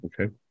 Okay